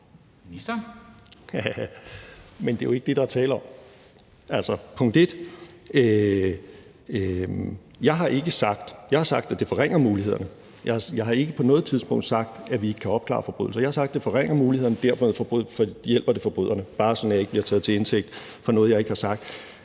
Men det er jo ikke det, der er tale om. Punkt 1: Jeg har sagt, at det forringer mulighederne. Jeg har ikke på noget tidspunkt sagt, at vi ikke kan opklare forbrydelser. Jeg har sagt, at det forringer mulighederne, og derfor hjælper det forbryderne. Det er bare sådan, at jeg ikke bliver taget til indtægt for noget, jeg ikke har sagt.